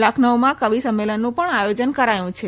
લખનૌમાં કવિ સંમેલનનું પણ આયોજન કરાયું છે